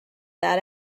that